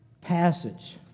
Passage